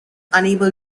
unable